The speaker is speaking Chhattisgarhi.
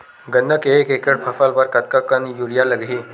गन्ना के एक एकड़ फसल बर कतका कन यूरिया लगही?